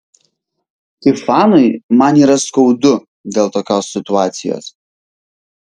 kaip fanui man yra skaudu dėl tokios situacijos